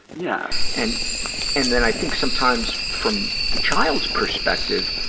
yeah. and and then i think sometimes, from the child's perspective,